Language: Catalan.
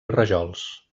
rajols